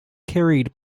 carried